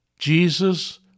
Jesus